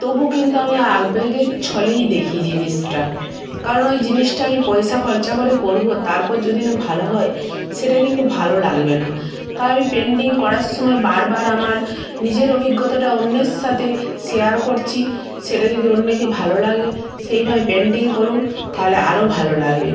তবু কিন্তু আমি আবেগের ছলেই দেখি জিনিসটা কারণ ওই জিনিসটা আমি পয়সা খরচা করে করবো তারপর যদি না ভালো হয় সেটা কিন্তু ভালো লাগবে না তাই আমি পেন্টিং করার সময় বার বার আমার নিজের অভিজ্ঞতাটা অন্যের সাথে শেয়ার করছি সেটা যদি অন্যেকে ভালো লাগে সেইভাবে পেন্টিং করুন তাহলে আরও ভালো লাগবে